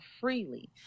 freely